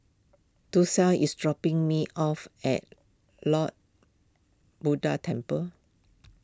Dorsey is dropping me off at Lord Buddha Temple